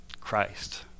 Christ